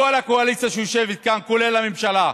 כל הקואליציה שיושבת כאן, כולל הממשלה,